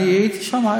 אני הייתי שם,